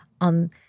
on